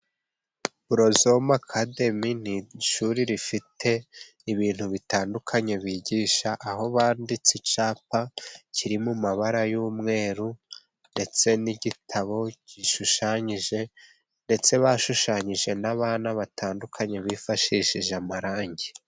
Porosome akademi ni ishuri rifite ibintu bitandukanye bigisha, aho banditse icyapa kiri mu mabara y'umweru ndetse n'igitabo gishushanyije ndetse bashushanyije n'abana batandukanye bifashishije amarangi.